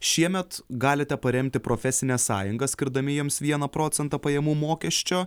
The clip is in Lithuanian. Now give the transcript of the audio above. šiemet galite paremti profesines sąjungas skirdami jiems vieną procentą pajamų mokesčio